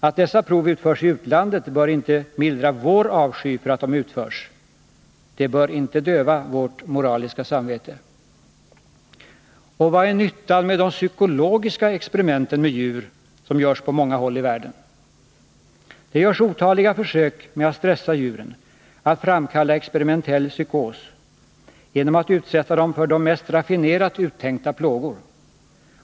Att dessa prov utförs i utlandet bör inte mildra vår avsky för att de utförs. Det bör inte döva vårt moraliska samvete. Och vilken är nyttan med de psykologiska experimenten med djur som görs på många håll i världen? Det görs otaliga försök med att stressa djuren — att framkalla experimentell psykos — genom att utsätta dem för de mest raffinerat uttänkta plågor.